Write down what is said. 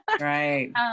right